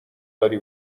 داری